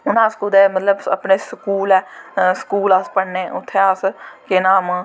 हून असें कुदै अपने मतलव स्कूल ऐ स्कूल अस पढ़ने उत्थैं अस केह् नाम